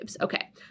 Okay